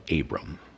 Abram